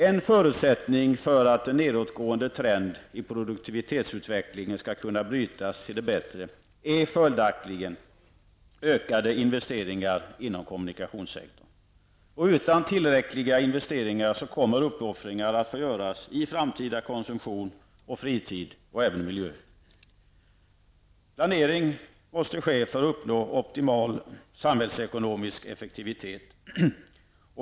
En förutsättning för att en nedåtgående trend i produktivitetsutvecklingen skall kunna brytas och vändas till det bättre är följaktligen ökade investeringar inom kommunikationssektorn. Utan tillräckliga investeringar kommer uppoffringar att få göras i den framtida konsumtionen och fritiden och även när det gäller miljön. Planering måste ske för att uppnå optimal samhällsekonomisk effektivitet.